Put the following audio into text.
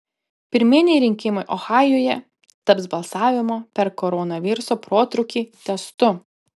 pirminiai rinkimai ohajuje taps balsavimo per koronaviruso protrūkį testu